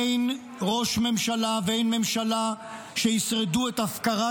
אין ראש ממשלה ואין ממשלה שישרדו את הפקרת